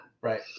right